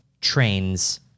trains